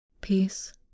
peace